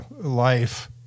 life